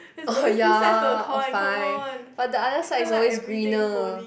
oh ya oh fine but the other side is always greener